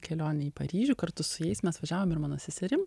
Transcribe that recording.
kelionę į paryžių kartu su jais mes važiavom ir mano seserim